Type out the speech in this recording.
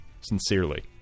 sincerely